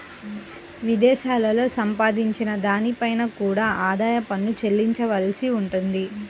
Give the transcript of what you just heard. విదేశాలలో సంపాదించిన దానిపై కూడా ఆదాయ పన్ను చెల్లించవలసి ఉంటుంది